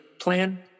plan